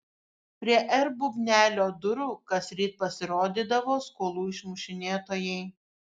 prie r bubnelio durų kasryt pasirodydavo skolų išmušinėtojai